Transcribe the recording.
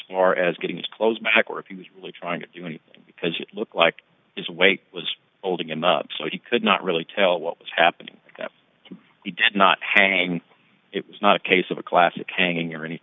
far as getting his clothes back or if he was really trying to do any because you look like his weight was holding him up so he could not really tell what was happening that he did not hang it was not a case of a classic ainger any